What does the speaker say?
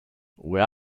where